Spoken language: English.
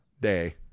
Day